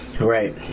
right